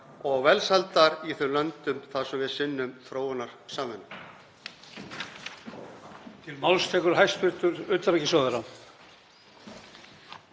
og velsældar í þeim löndum þar sem við sinnum þróunarsamvinnu.